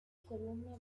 columna